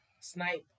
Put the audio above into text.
Snipe